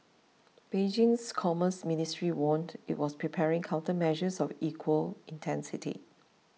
Beijing's commerce ministry warned it was preparing countermeasures of equal intensity